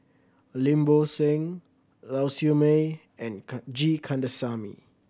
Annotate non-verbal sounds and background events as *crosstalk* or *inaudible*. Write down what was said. Lim Bo Seng Lau Siew Mei and *unintelligible* G Kandasamy